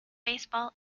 baseball